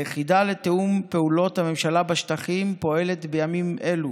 היחידה לתיאום פעולות הממשלה בשטחים פועלת בימים אלו